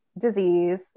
disease